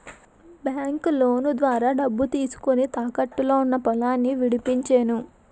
బాంకులోను ద్వారా డబ్బు తీసుకొని, తాకట్టులో ఉన్న పొలాన్ని విడిపించేను